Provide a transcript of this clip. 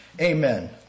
Amen